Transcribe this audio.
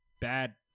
bad